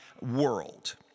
world